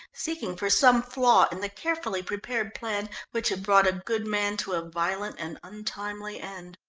seeking for some flaw in the carefully prepared plan which had brought a good man to a violent and untimely end.